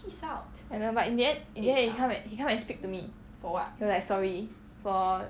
I don't know but in the end in the end he come and he come and speak to me he was like sorry for